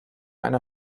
einer